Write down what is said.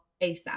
ASAP